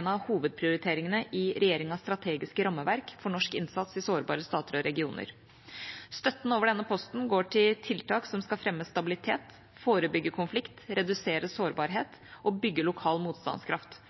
en av hovedprioriteringene i regjeringas strategiske rammeverk for norsk innsats i sårbare stater og regioner. Støtten over denne posten går til tiltak som skal fremme stabilitet, forebygge konflikt, redusere sårbarhet og bygge lokal motstandskraft.